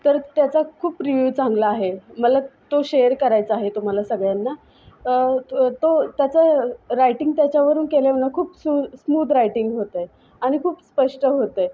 तर त्याचा खूप रिव्ह्यू चांगला आहे मला तो शेअर करायचा आहे तुम्हाला सगळ्यांना तो त्याचं रायटिंग त्याच्यावरून केल्यामुळं खूप सु स्मूद रायटिंग होतं आहे आणि खूप स्पष्ट होतं आहे